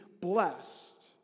blessed